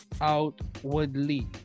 outwardly